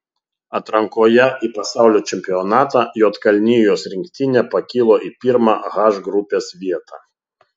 atrankoje į pasaulio čempionatą juodkalnijos rinktinė pakilo į pirmą h grupės vietą